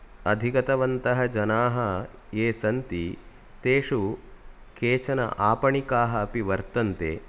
अधिगतवन्तः जनाः ये सन्ति तेषु केचन आपणिकाः अपि वर्तन्ते